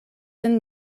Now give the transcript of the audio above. sen